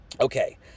Okay